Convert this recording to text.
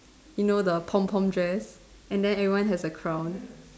you know the pom pom dress and then everyone has a crown